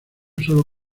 solo